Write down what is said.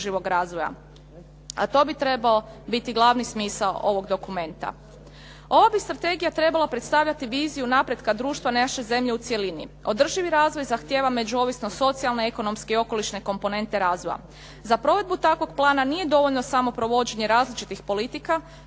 a to bi trebao biti glavni smisao ovog dokumenta. Ova bi strategija trebala predstavljati viziju napretka društva naše zemlje u cjelini. Održivi razvoj zahtjeva međuovisno socijalne ekonomske i okolišne komponente razvoja. Za provedbu takvog plana nije dovoljno samo provođenje različitih politika